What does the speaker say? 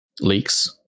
leaks